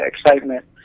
excitement